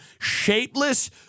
shapeless